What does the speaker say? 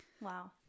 wow